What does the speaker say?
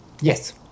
Yes